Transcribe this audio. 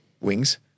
wings